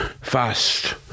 fast